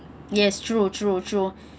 yes true true true